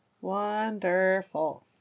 Wonderful